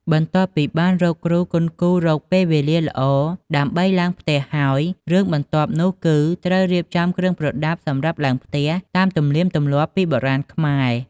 បន្ទាប់ពីបានរកគ្រូគន់គូររកពេលវេលាល្អ ដើម្បីឡើងផ្ទះហើយ រឿងបន្ទាប់នោះគឺ ត្រូវរៀបចំគ្រឿងប្រដាប់សម្រាប់ឡើងផ្ទះតាមទំនៀមទម្លាប់ពីបុរាណខ្មែរ។